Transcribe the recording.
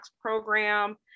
program